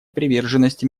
приверженности